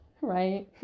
right